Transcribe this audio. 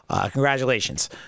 Congratulations